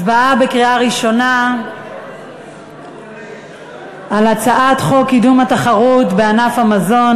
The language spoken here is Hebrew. הצבעה בקריאה ראשונה על הצעת חוק קידום התחרות בענף המזון,